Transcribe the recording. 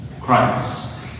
Christ